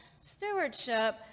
stewardship